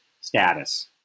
status